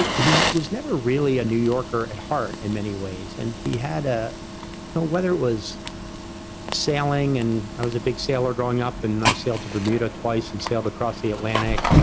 he was never really a new yorker at heart in many ways, and he had a whether it was sailing, and i was a big sailor growing up and and i sailed to bermuda twice and sailed across the atlantic,